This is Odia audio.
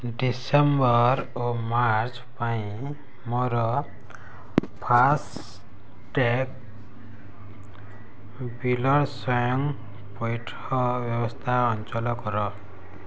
ଡିସେମ୍ବର୍ ଓ ମାର୍ଚ୍ଚ୍ ପାଇଁ ମୋର ଫାସ୍ଟ୍ୟାଗ୍ ବିଲ୍ର ସ୍ଵୟଂ ପଇଠ ବ୍ୟବସ୍ଥା ଅଞ୍ଚଲ କର